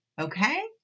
okay